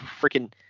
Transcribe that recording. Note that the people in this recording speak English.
freaking